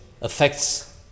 affects